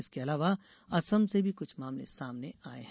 इसके अलावा असम से भी कुछ मामले सामने आये है